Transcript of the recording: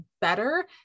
better